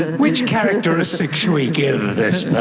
which characteristics shall we give this